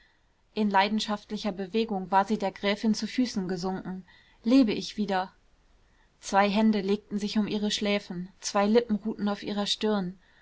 in leidenschaftlicher bewegung war sie der gräfin zu füßen gesunken lebe ich wieder zwei hände legten sich um ihre schläfen zwei lippen ruhten auf ihrer stirn